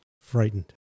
frightened